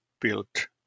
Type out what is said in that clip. built